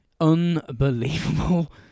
Unbelievable